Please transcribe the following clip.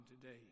today